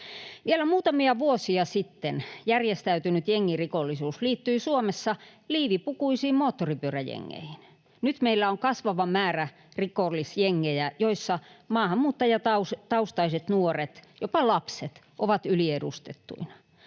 Vielä muutamia vuosia sitten järjestäytynyt jengirikollisuus liittyi Suomessa liivipukuisiin moottoripyöräjengeihin. Nyt meillä on kasvava määrä rikollisjengejä, joissa maahanmuuttajataustaiset nuoret, jopa lapset, ovat yliedustettuina.